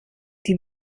die